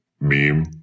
Meme